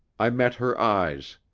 i met her eyes.